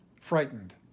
frightened